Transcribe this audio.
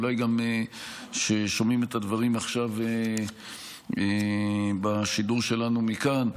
אולי גם ששומעים את הדברים עכשיו בשידור שלנו מכאן,